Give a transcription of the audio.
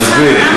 אני אסביר.